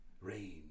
Rain